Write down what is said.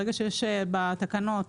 ברגע שהתקנות